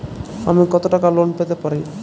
আমি কত টাকা লোন পেতে পারি?